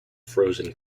frozen